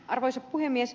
arvoisa puhemies